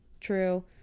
True